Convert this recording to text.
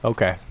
Okay